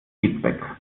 feedback